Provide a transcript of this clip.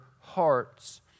hearts